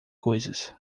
coisas